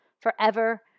forever